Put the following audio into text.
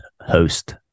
host